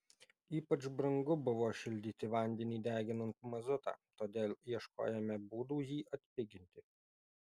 ypač brangu buvo šildyti vandenį deginant mazutą todėl ieškojome būdų jį atpiginti